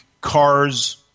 cars